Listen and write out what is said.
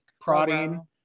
prodding